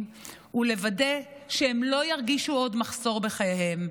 ולוודא שהם לא ירגישו עוד מחסור בחייהם,